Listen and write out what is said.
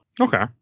okay